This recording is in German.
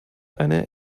eine